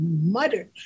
muttered